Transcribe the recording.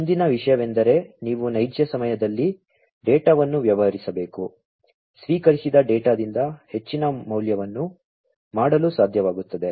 ಮುಂದಿನ ವಿಷಯವೆಂದರೆ ನೀವು ನೈಜ ಸಮಯದಲ್ಲಿ ಡೇಟಾವನ್ನು ವ್ಯವಹರಿಸಬೇಕು ಸ್ವೀಕರಿಸಿದ ಡೇಟಾದಿಂದ ಹೆಚ್ಚಿನ ಮೌಲ್ಯವನ್ನು ಮಾಡಲು ಸಾಧ್ಯವಾಗುತ್ತದೆ